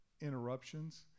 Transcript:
interruptions